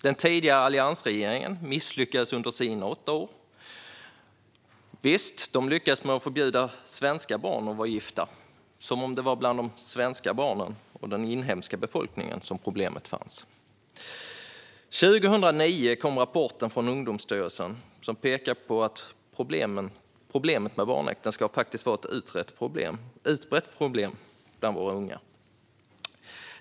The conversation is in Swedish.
De tidigare alliansregeringarna misslyckades under sina åtta år. Visst, de lyckades förbjuda svenska barn att vara gifta - som om det var bland de svenska barnen och den inhemska befolkningen som problemet fanns. År 2009 kom rapporten från Ungdomsstyrelsen som pekade på att problemet med barnäktenskap faktiskt var ett utbrett problem bland våra unga.